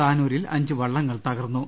താനൂരിൽ അഞ്ച് വള്ളങ്ങൾ തകർന്നു